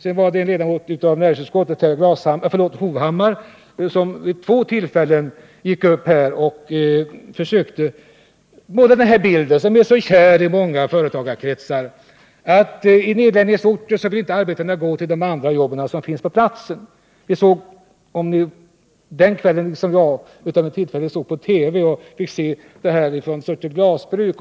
En ledamot av näringsutskottet, herr Glashammar — förlåt, jag menar herr Hovhammar — gick vid två tillfällen upp i talarstolen och försökte måla den bild som är så kär i många företagarkretsar: i nedläggningsorter vill arbetarna inte gå till andra jobb som finns på platsen om de garanteras anställningstrygghet. En kväll råkade jag av en tillfällighet få se ett TV-program från Surte glasbruk.